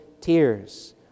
tears